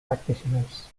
practitioners